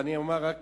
אני אומר רק